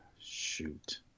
Shoot